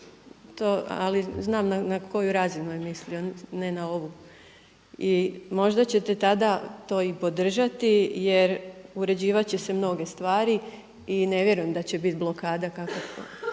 Ali znam na koju razinu je mislio, ne na ovu. I možda ćete tada to i podržati jer uređivati će se mnoge stvari i ne vjerujem da će biti blokada kako se